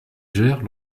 gèrent